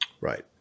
Right